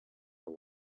for